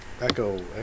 Echo